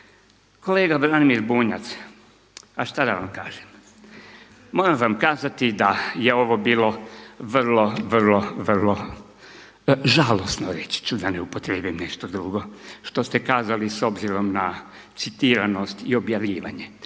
Kolega Branimir Bunjac, a šta da vam kažem? Moram vam kazati da je ovo bilo, vrlo, vrlo žalosno, reći ću da ne upotrijebim nešto drugo što ste kazali s obzirom na citiranost i objavljivanje.